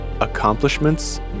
Accomplishments